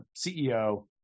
CEO